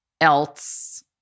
else